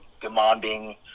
demanding